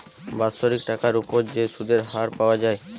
বাৎসরিক টাকার উপর যে সুধের হার পাওয়া যায়